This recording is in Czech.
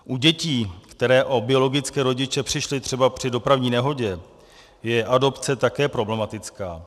U dětí, které o biologické rodiče přišly třeba při dopravní nehodě, je adopce také problematická.